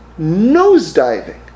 nosediving